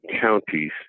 counties